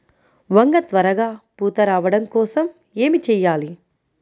వంగ త్వరగా పూత రావడం కోసం ఏమి చెయ్యాలి?